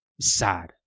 SAD